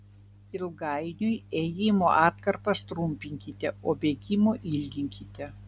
ilgainiui ėjimo atkarpas trumpinkite o bėgimo ilginkite